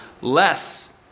less